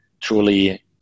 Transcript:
truly